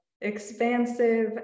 expansive